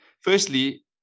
Firstly